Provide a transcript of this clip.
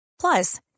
Plus